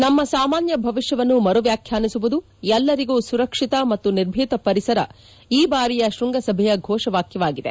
ನಮ್ನ ಸಾಮಾನ್ನ ಭವಿಷ್ಠವನ್ನು ಮರು ವ್ಯಾಖ್ಯಾನಿಸುವುದು ಎಲ್ಲರಿಗೂ ಸುರಕ್ಷಿತ ಮತು ನಿರ್ಭೀತ ಪರಿಸರ ಈ ಬಾರಿಯ ಶ್ವಂಗಸಭೆಯ ಘೋಷವಾಕ್ಟವಾಗಿದೆ